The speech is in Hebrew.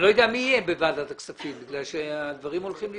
אני לא יודע מי יהיה בוועדת הכספים כיוון שהדברים הולכים להשתנות.